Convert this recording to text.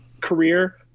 career